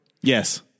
Yes